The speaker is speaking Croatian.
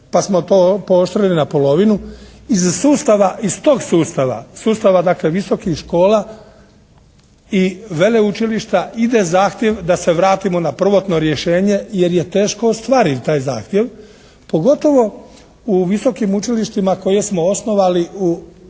Pa smo to pooštrili na polovinu. Iz tog sustava, sustava dakle visokih škola i veleučilišta ide zahtjev da se vratimo na prvotno rješenje jer je teško ostvarit taj zahtjev. Pogotovo u visokim učilištima koje smo osnovali u